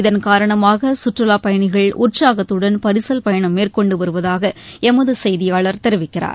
இதன்காரணமாக சுற்றுலாப் பயணிகள் உற்சாகத்துடன் பரிசல் பயணம் மேற்கொண்டு வருவதாக எமது செய்தியாளர் தெரிவிக்கிறார்